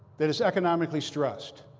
that is economically stressed.